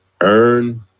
earn